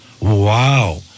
Wow